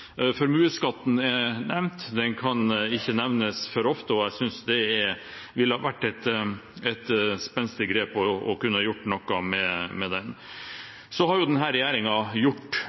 er nevnt, den kan ikke nevnes for ofte, og jeg synes det ville vært et spenstig grep å kunne gjøre noe med den. Denne regjeringen har